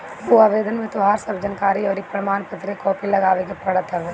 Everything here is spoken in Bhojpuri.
उ आवेदन में तोहार सब जानकरी अउरी प्रमाण पत्र के कॉपी लगावे के पड़त हवे